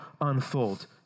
unfold